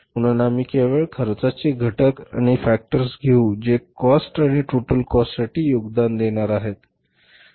म्हणून आम्ही केवळ खर्चाचे घटक किंवा फॅक्टर्स घेऊ जे काॅस्ट आणि टोटल काॅस्टसाठी योगदान देणार आहेत